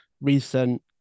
recent